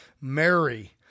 Mary